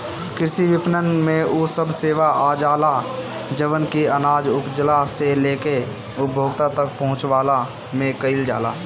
कृषि विपणन में उ सब सेवा आजाला जवन की अनाज उपजला से लेके उपभोक्ता तक पहुंचवला में कईल जाला